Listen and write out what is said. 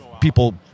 people